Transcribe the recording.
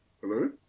Hello